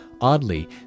Oddly